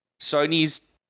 Sony's